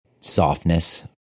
softness